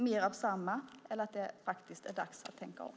Mer av samma eller att det faktiskt är dags att tänka om?